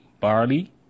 barley